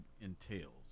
entails